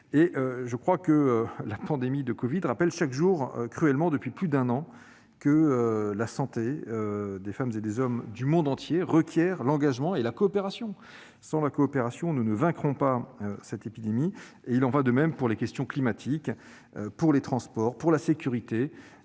Je crois que la pandémie de covid rappelle chaque jour, cruellement, depuis plus d'un an, que la santé des femmes et des hommes du monde entier requiert l'engagement et la coopération. Sans la coopération, nous ne vaincrons pas cette épidémie. Il en est de même pour les questions climatiques, pour les transports, pour la sécurité